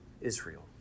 Israel